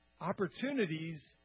opportunities